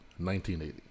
1980